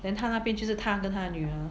then 她那边就是她跟她的女儿